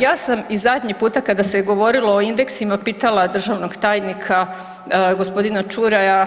Ja sam i zadnji puta kada se je govorilo o indeksima pitala državnog tajnika gospodina Ćuraja